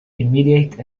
immediate